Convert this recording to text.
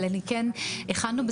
אז ככה אמנם נכון,